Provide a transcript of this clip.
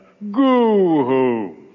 goo-hoo